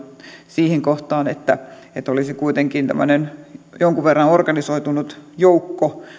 siihen kohtaan että olisi kuitenkin tämmöinen jonkin verran organisoitunut joukko